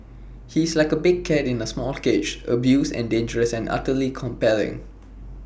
he's like A big cat in A small cage abused and dangerous and utterly compelling